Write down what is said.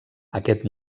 aquest